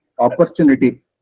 opportunity